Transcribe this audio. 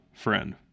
Friend